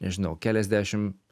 nežinau keliasdešimt